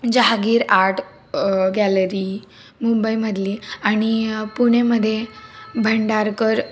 Jahagir art gallery मुंबईमधली आणि पुणेमध्ये भंडारकर